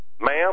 ma'am